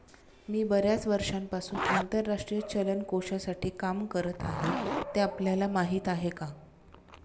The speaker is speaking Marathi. मी बर्याच वर्षांपासून आंतरराष्ट्रीय चलन कोशासाठी काम करत आहे, ते आपल्याला माहीत आहे का?